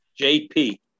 JP